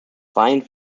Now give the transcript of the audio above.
fine